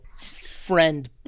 friend